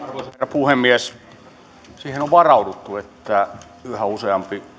puhemies siihen on varauduttu että yhä useampi